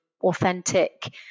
authentic